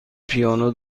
پیانو